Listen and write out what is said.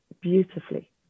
beautifully